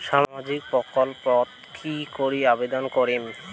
সামাজিক প্রকল্পত কি করি আবেদন করিম?